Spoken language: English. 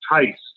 taste